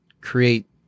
create